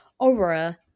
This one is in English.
Aurora